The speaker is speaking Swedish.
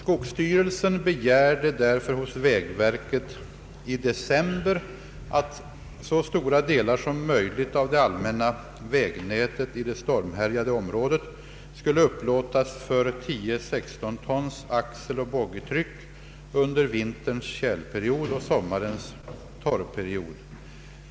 Skogsstyrelsen begärde därför hos vägverket i december att så stora delar som möjligt av det all männa vägnätet i det stormhärjade området skulle upplåtas för 10/16 tons axeloch boggitryck under vinterns tjälperiod och sommarens torrperiod.